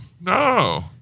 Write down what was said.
No